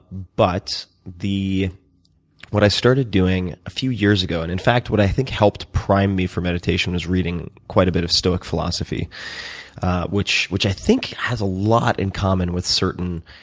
but what i started doing a few years ago and, in fact, what i think help primed me for meditation is reading quite a bit of stoic philosophy which which i think has a lot in common with certain